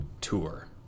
Tour